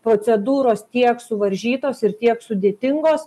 procedūros tiek suvaržytos ir tiek sudėtingos